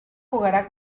jugará